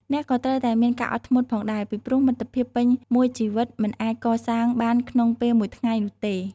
អ្នកក៏ត្រូវតែមានការអត់ធ្មត់ផងដែរ ពីព្រោះមិត្តភាពពេញមួយជីវិតមិនអាចកសាងបានក្នុងពេលមួយថ្ងៃនោះទេ។